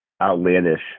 outlandish